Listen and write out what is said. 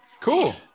Cool